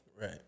right